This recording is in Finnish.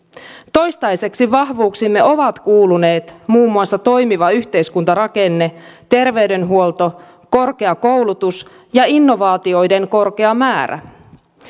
toistaiseksi vahvuuksiimme ovat kuuluneet muun muassa toimiva yhteiskuntarakenne terveydenhuolto korkea koulutus ja innovaatioiden korkea määrä